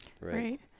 right